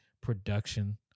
production